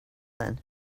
then